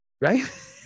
right